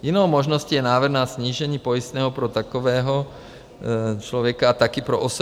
Jinou možností je návrh na snížení pojistného pro takového člověka a taky pro OSVČ.